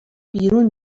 بیرون